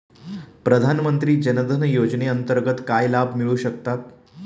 प्रधानमंत्री जनधन योजनेअंतर्गत काय लाभ मिळू शकतात?